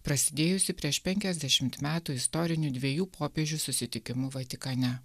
prasidėjusį prieš penkiasdešimt metų istoriniu dviejų popiežių susitikimu vatikane